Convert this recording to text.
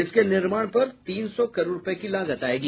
इसके निर्माण पर तीन सौ करोड़ रूपये की लागत आयेगी